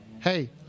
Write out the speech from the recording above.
hey